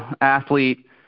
athlete